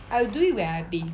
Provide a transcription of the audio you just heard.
I'll do when I bath